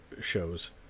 shows